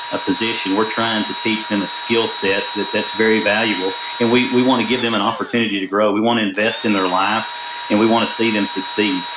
a position. we're trying to teach them a skillset that's very valuable and we we want to give them an opportunity to grow. we want to invest in their lives and we want to see them succeed.